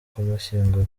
kumushyingura